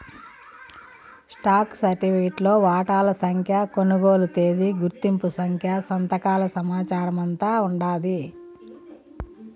stock సరిఫికెట్లో వాటాల సంఖ్య, కొనుగోలు తేదీ, గుర్తింపు సంఖ్య, సంతకాల సమాచారమంతా ఉండాది